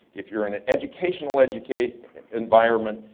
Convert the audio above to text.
if you're in an educational educational environment.